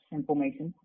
information